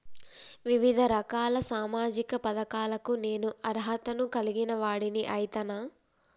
వివిధ రకాల సామాజిక పథకాలకు నేను అర్హత ను కలిగిన వాడిని అయితనా?